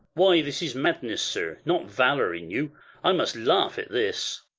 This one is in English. why, this is madness, sir, not valour in you i must laugh at this.